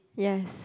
yes